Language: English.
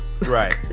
right